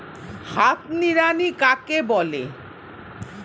হাত নিড়ানি কাকে বলে?